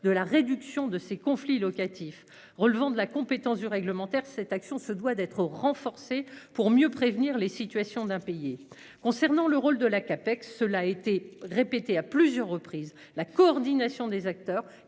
de la réduction de ces conflits locatifs relevant de la compétence du réglementaire, cette action se doit d'être renforcée pour mieux prévenir les situations d'impayés concernant le rôle de l'AKP que cela a été répété à plusieurs reprises la coordination des acteurs